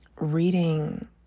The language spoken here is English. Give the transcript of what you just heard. reading